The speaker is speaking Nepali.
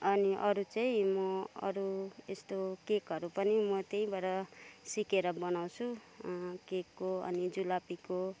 अनि अरू चाहिँ म अरू यस्तो केकहरू पनि म त्यहीँबाट सिकेर बनाउँछु केकको अनि जुलाबीको